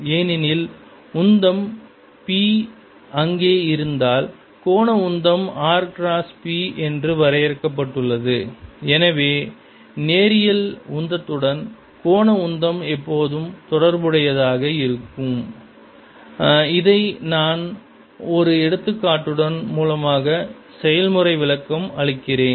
ஏனெனில் உந்தம் p அங்கே இருந்தால் கோண உந்தம் r கிராஸ் p என்று வரையறுக்கப்பட்டுள்ளது எனவே நேரியல் உந்தத்துடன் கோண உந்தம் எப்போதும் தொடர்புடையதாக உள்ளது இதையும் நான் ஒரு எடுத்துக்காட்டின் மூலமாக செயல்முறை விளக்கம் அளிக்கிறேன்